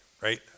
right